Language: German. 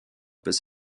bis